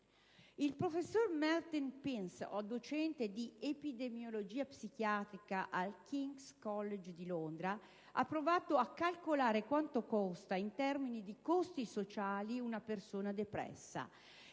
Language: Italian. Il professore Martin Pince, docente di epidemiologia psichiatrica al King's College di Londra, ha provato a calcolare quanto costa, in termini di costi sociali, una persona depressa.